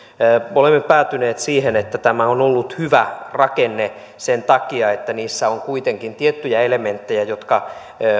olemme päätyneet siihen että tämä on ollut hyvä rakenne sen takia että niissä on kuitenkin tiettyjä elementtejä jotka